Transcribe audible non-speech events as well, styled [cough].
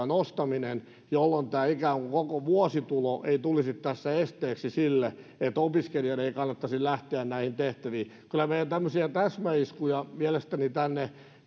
[unintelligible] nostaminen jolloin tämä ikään kuin koko vuositulo ei tulisi tässä esteeksi sille että opiskelijoiden kannattaisi lähteä näihin tehtäviin kyllä meidän tämmöisiä täsmäiskuja mielestäni tänne